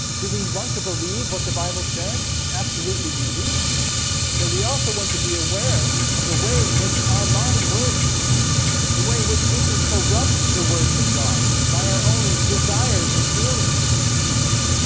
do we want to believe what the bible says? absolutely, we do but we also want to be aware of the way in which our mind works the way in which we can corrupt the words of god by our own desires and feelings